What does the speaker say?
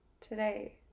today